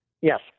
Yes